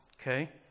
Okay